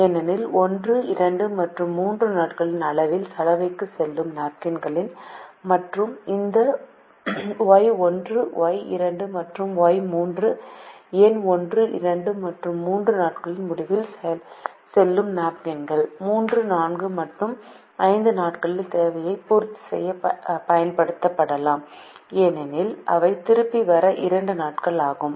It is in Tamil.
ஏனெனில் 1 2 மற்றும் 3 நாட்களின் முடிவில் சலவைக்குச் செல்லும் நாப்கின்கள் மற்றும் இந்த Y1 Y2 மற்றும் Y3 எண் 1 2 மற்றும் 3 நாட்களின் முடிவில் செல்லும் நாப்கின்கள் 3 4 மற்றும் 5 நாட்களின் தேவையை பூர்த்தி செய்ய பயன்படுத்தப்படலாம் ஏனெனில் அவை திரும்பி வர இரண்டு நாட்கள் ஆகும்